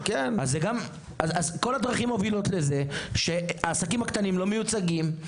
אז כל הדרכים מובילות לזה שהעסקים הקטנים לא מיוצגים,